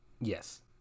Yes